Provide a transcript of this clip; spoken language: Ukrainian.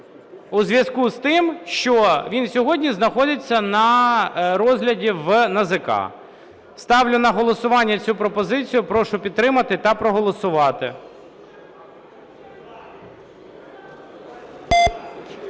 у зв'язку з тим, що він сьогодні знаходиться на розгляді в НАЗК. Ставлю на голосування цю пропозицію. Прошу підтримати та проголосувати.